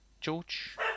George